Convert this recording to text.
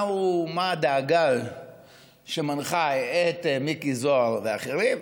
מה הדאגה שמנחה את מיקי זוהר ואחרים?